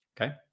okay